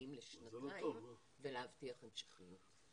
רציניים לשנתיים ולהבטיח המשכיות.